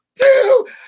two